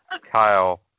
Kyle